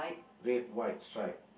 red white stripe